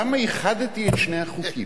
למה איחדתי את שני החוקים,